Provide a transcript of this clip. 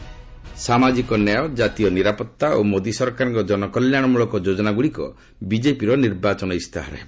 BJP CM ସାମାଜିକ ନ୍ୟାୟ ଜାତୀୟ ନିରାପତ୍ତା ଓ ମୋଦି ସରକାରଙ୍କ କଲ୍ୟାଣ ମୂଳକ ଯୋଜନାଗ୍ରଡ଼ିକ ବିଜେପିର ନିର୍ବାଚନ ଇସ୍ତାହାର ହେବ